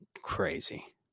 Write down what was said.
Crazy